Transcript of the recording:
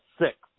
six